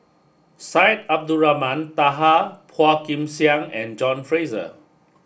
Syed Abdulrahman Taha Phua Kin Siang and John Fraser